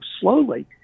slowly